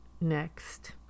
next